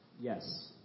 Yes